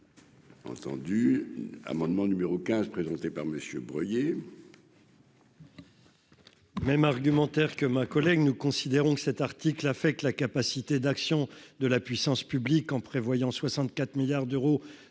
Entendu amendement numéro 15 présenté par Messieurs